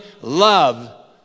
love